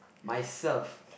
myself